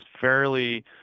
fairly